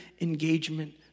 Engagement